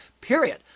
period